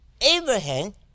Abraham